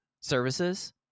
services